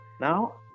Now